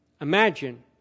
Imagine